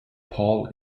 paul